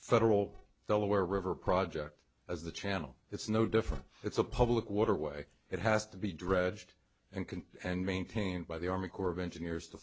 federal delaware river project as the channel it's no different it's a public waterway it has to be dredged and can and maintained by the army corps of engineers to